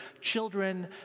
Children